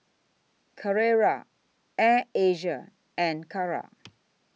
Carrera Air Asia and Kara